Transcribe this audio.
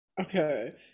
Okay